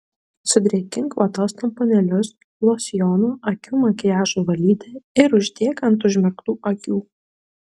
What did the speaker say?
sudrėkink vatos tamponėlius losjonu akių makiažui valyti ir uždėk ant užmerktų akių